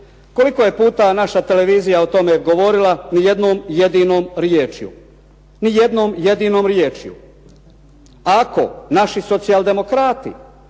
Kolika je puta naša televizija o tome govorila? Ni jednom jedinom rječju. Ni jednom jedinom rječju. Ako naši socijaldemokrati